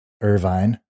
Irvine